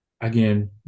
again